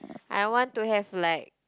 I want to have like